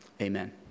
Amen